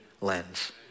lens